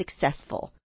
successful